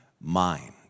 mind